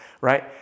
right